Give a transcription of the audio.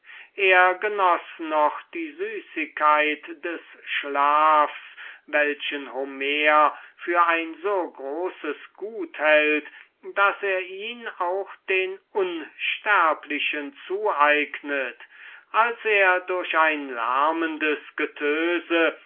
er genoß noch der süßigkeit des schlafs den homer für ein so großes gut hält daß er ihn auch den unsterblichen zueignet als er durch ein lärmendes getöse